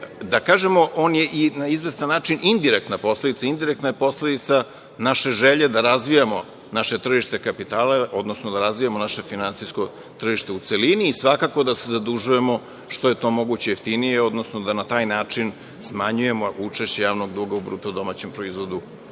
Da kažemo on je na izvestan način indirektna posledica, indirektna posledica naše želje da razvijamo naše tržište kapitala, odnosno da razvijamo naše finansijsko tržište u celini, i svakako da se zadužujemo što je to moguće jeftinije, odnosno da na taj način smanjujemo učešće javnog duga u BDP u